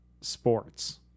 sports